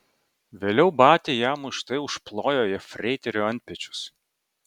vėliau batia jam už tai užplojo jefreiterio antpečius